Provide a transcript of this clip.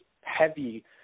heavy